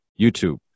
youtube